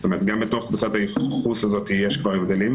זאת אומרת, גם בתוך קבוצת הייחוס הזאת יש הבדלים.